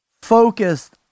focused